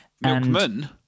Milkman